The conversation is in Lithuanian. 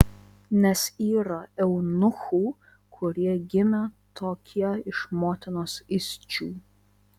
nes yra eunuchų kurie gimė tokie iš motinos įsčių